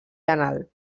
anal